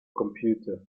computer